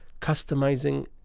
customizing